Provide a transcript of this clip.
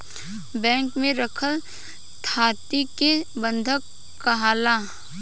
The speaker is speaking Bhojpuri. बैंक में रखल थाती के बंधक काहाला